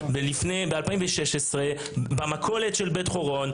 ב-2016 במכולת של בית חורון.